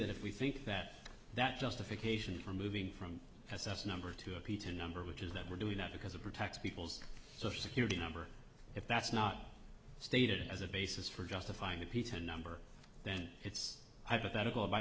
that if we think that that justification for moving from s s number to a pita number which is that we're doing that because it protects people's social security number if that's not stated as a basis for justifying a pita number then it's hypothetical by